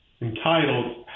entitled